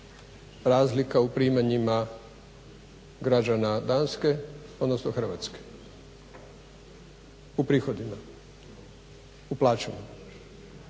razlika u primanjima građana Danske, odnosno Hrvatske u prihodima, u plaćama.